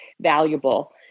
valuable